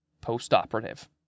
post-operative